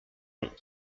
long